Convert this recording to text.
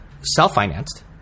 Self-financed